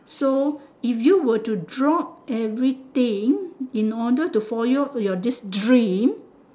so if you would to drop everything in order to follow your this dream